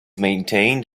maintained